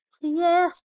Yes